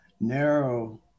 narrow